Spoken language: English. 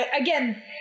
again